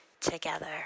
together